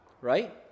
right